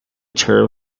term